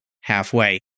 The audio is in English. halfway